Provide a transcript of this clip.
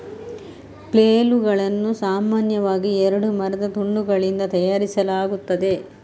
ಫ್ಲೇಲುಗಳನ್ನು ಸಾಮಾನ್ಯವಾಗಿ ಎರಡು ಮರದ ತುಂಡುಗಳಿಂದ ತಯಾರಿಸಲಾಗುತ್ತದೆ